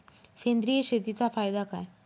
सेंद्रिय शेतीचा फायदा काय?